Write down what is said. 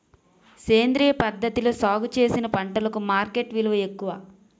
సేంద్రియ పద్ధతిలో సాగు చేసిన పంటలకు మార్కెట్ విలువ ఎక్కువ